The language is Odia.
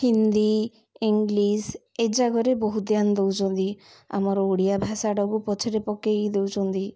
ହିନ୍ଦୀ ଇଂଲିଶ ଏ ଜାଗରେ ବହୁତ ଧ୍ୟାନ ଦେଉଛନ୍ତି ଆମର ଓଡ଼ିଆ ଭାଷାଟାକୁ ପଛରେ ପକାଇ ଦେଉଛନ୍ତି